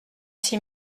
six